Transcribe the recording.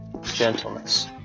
gentleness